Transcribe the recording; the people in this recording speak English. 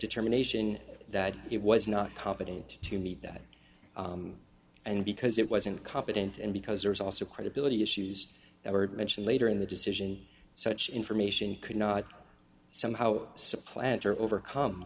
determination that he was not competent to meet that and because it wasn't competent and because there was also credibility issues that were mentioned later in the decision such information could not somehow supplant or overcome